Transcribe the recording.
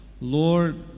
Lord